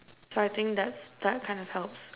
so I think that that kind of helps